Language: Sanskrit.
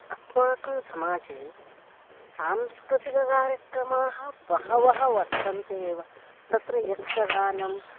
अस्माकं समाजे सांस्कृतिककार्यक्रमाः बहवः वर्तन्ते एव तत्र यक्षगानम्